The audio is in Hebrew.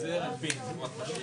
זה נתון רק 30% מוכנים בחברה הישראלית